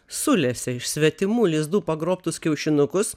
sulesė iš svetimų lizdų pagrobtus kiaušinukus